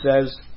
says